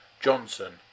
Johnson